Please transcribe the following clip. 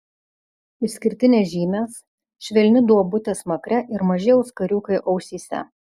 išskirtinės žymės švelni duobutė smakre ir maži auskariukai ausyse